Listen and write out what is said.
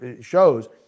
shows